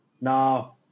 Now